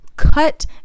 Cut